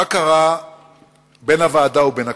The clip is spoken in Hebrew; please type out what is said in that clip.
מה קרה בין הוועדה ובין הכנסת.